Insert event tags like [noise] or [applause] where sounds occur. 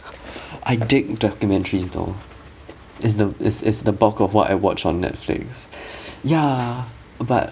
[breath] I dig documentaries though is the is is the bulk of what I watch on Netflix [breath] ya but